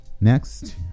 Next